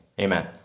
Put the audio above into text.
Amen